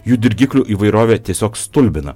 jų dirgiklių įvairovė tiesiog stulbina